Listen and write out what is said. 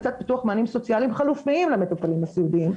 לצד פיתוח מענים סוציאליים חלופיים למטופלים הסיעודיים,